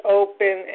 open